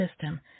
system